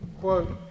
quote